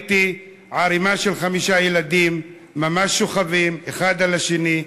ראיתי ערימה של חמישה ילדים ממש שוכבים אחד על השני.